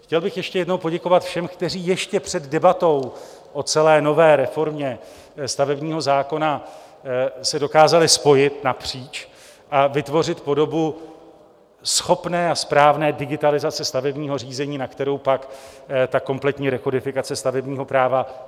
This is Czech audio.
Chtěl bych ještě jednou poděkovat všem, kteří ještě před debatou o celé nové reformě stavebního zákona se dokázali spojit napříč a vytvořit podobu schopné a správné digitalizace stavebního řízení, na kterou pak navazovala kompletní rekodifikace stavebního práva.